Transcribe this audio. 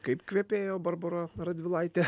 kaip kvepėjo barbora radvilaitė